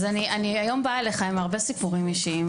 אני באה אליך היום עם הרבה סיפורים אישיים,